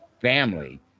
family